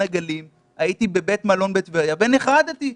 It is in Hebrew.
הגלים הייתי בבית מלון בטבריה ונחרדתי.